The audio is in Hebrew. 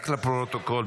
רק לפרוטוקול,